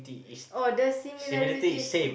oh the similarities